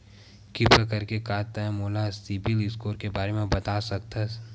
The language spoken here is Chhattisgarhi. किरपा करके का तै मोला सीबिल स्कोर के बारे माँ बता सकथस?